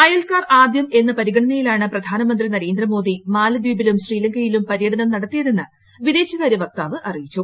അയൽക്കാർ ആദ്യം എന്ന പരിഗണനയിലാണ് പ്രധാനമന്ത്രി നരേന്ദ്രമോദി മാലദ്വീപിലും ശ്രീലങ്കയിലും പര്യടനം നടത്തിയതെന്ന് വിദേശകാര്യ വക്താവ് അറിയിച്ചു